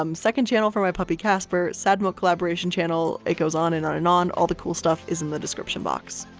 um second channel for my puppy casper, sad milk collaboration channel. it goes on, and on, and on all the cool stuff is in the description box.